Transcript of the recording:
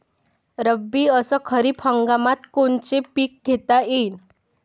रब्बी अस खरीप हंगामात कोनचे पिकं घेता येईन?